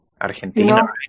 Argentina